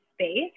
space